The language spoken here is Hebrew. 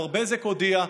בזק כבר הודיעה,